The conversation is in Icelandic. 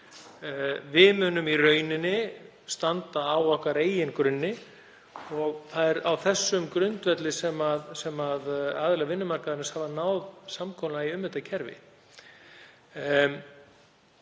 Við munum í rauninni standa á okkar eigin grunni og það er á þeim grundvelli sem aðilar vinnumarkaðarins hafa náð samkomulagi um þetta kerfi.